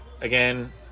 again